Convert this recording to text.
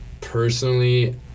Personally